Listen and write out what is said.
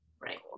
Right